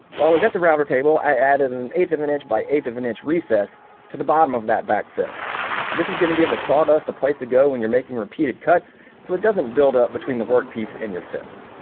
while i was at the router table i added an eighth of an inch by eighth of an inch recess to the bottom of that back fence this is going to give the sawdust a place to go when you're making repeated cuts so it doesn't build up between the workpiece in your fence.